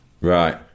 Right